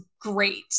great